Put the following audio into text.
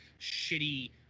shitty